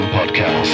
podcast